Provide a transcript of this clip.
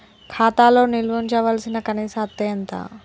ఖాతా లో నిల్వుంచవలసిన కనీస అత్తే ఎంత?